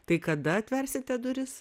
tai kada atversite duris